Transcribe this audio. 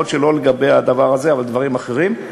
יכול להיות שלא לגבי הדבר הזה, אבל דברים אחרים.